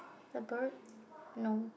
a bird no